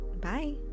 Bye